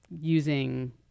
using